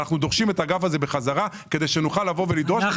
ואנחנו דורשים את הגב הזה בחזרה כדי שנוכל לדרוש ולהתעמת איתם.